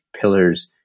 pillars